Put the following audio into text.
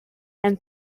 and